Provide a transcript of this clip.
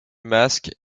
masques